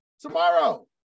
tomorrow